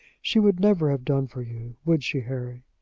she would never have done for you would she, harry?